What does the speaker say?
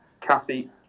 Kathy